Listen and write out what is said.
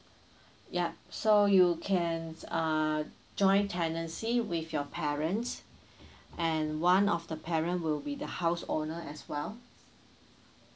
ya so you can uh joint tenancy with your parents and one of the parent will be the house owner as well